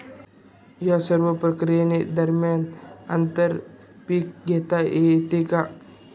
या सर्व प्रक्रिये दरम्यान आंतर पीक घेता येते का?